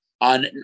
on